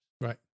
Right